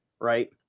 right